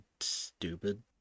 stupid